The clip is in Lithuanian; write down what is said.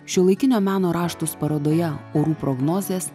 šiuolaikinio meno raštus parodoje orų prognozės